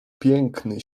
piękny